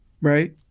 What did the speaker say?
right